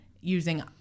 Using